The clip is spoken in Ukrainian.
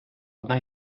одна